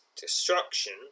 destruction